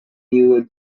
new